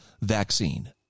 vaccine